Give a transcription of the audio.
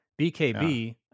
BKB